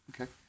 Okay